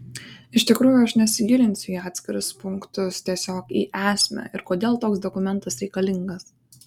iš tikrųjų aš nesigilinsiu į atskirus punktus tiesiog į esmę ir kodėl toks dokumentas reikalingas